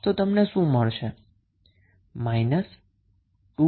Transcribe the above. તો તમને શું મળશે